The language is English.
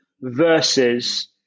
versus